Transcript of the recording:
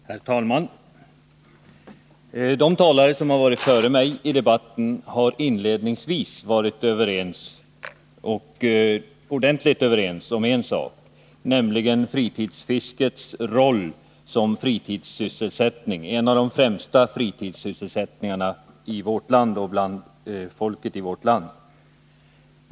Herr talman! De talare som har framträtt före mig i debatten har inledningsvis varit ordentligt överens om en sak, nämligen fritidsfiskets roll som fritidssysselsättning — en av de främsta fritidssysselsättningarna bland folket i vårt land.